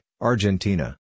Argentina